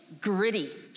gritty